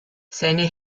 seine